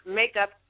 makeup